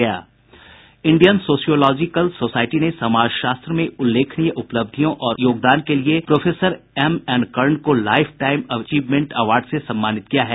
Indian sociological society ने समाज शास्त्र में उल्लेखनीय उपलब्धियों और योगदान के लिए प्रोफेसर एमएन कर्ण को लाईफ टाईम अचीवमेंट अवार्ड से सम्मानित किया है